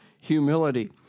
humility